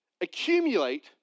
Accumulate